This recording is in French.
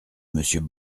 monsieur